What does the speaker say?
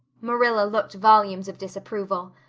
marilla looked volumes of disapproval.